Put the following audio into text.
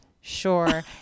sure